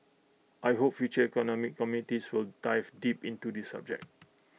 I hope future economic committees will dive deep into the subject